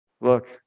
look